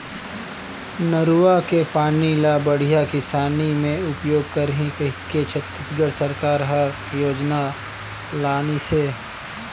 नरूवा के पानी ल बड़िया किसानी मे उपयोग करही कहिके छत्तीसगढ़ सरकार हर योजना लानिसे